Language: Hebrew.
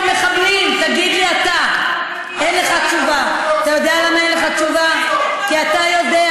אין לי בעיה שיעלו איזו הצגה שהם רוצים.